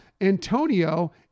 Antonio